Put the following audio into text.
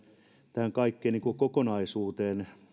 tähän kaikkeen kokonaisuuteen